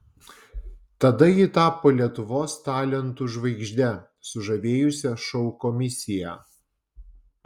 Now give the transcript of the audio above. tada ji tapo lietuvos talentų žvaigžde sužavėjusia šou komisiją